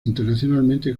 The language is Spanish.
internacionalmente